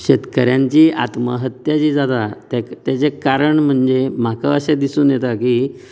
शेतकऱ्यांची आत्महत्या जी जाता तेका तेजे कारण म्हणजे म्हाका अशें दिसून येता की